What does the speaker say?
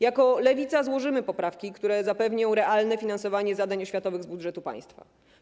Jako Lewica złożymy poprawki, które zapewnią realne finansowanie zadań oświatowych z budżetu państwa.